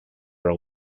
are